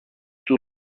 του